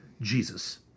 Jesus